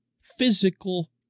physical